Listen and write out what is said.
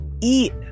eat